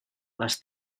les